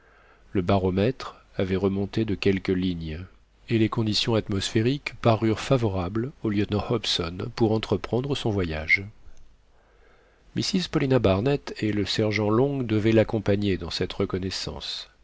le baromètre avait remonté de quelques lignes et les conditions atmosphériques parurent favorables au lieutenant hobson pour entreprendre son voyage mrs paulina barnett et le sergent long devaient l'accompagner dans cette reconnaissance